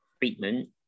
treatment